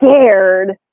scared